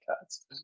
cats